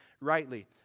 rightly